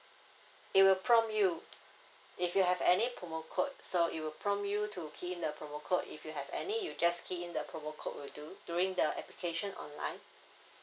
it will prompt you if you have any promo code so it will prompt you to key in the promo code if you have any you just key in the promo code will do during the application online